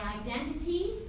identity